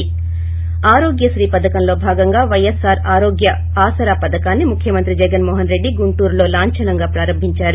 శి ఆరోగ్యశ్రీ పథకంలో భాగంగా వైఎస్సార్ ఆరోగ్య ఆసరా పథకాన్ని ముఖ్యమంత్రి జగన్ మోహన్ రెడ్ది గుంటూరులో లాంచనంగా ప్రారంబించారు